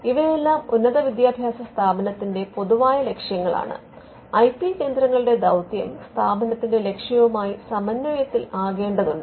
ഇവയെല്ലാം ഉന്നത വിദ്യാഭ്യാസ സ്ഥാപനത്തിന്റെ പൊതുവായ ലക്ഷ്യങ്ങളാണ് ഐ പി കേന്ദ്രങ്ങളുടെ ദൌത്യം സ്ഥാപനത്തിന്റെ ലക്ഷ്യവുമായി സമന്വയത്തിൽ ആകേണ്ടതുണ്ട്